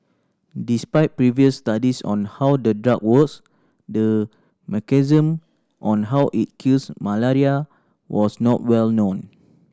despite previous studies on how the drug works the mechanism on how it kills malaria was not well known